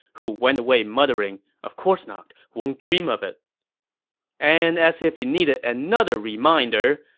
who went away muttering, of course not, won't dream of it and as if he needed another reminder,